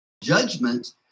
judgment